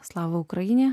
slavai ukrainiečiai